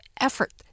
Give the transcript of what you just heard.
effort